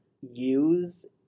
use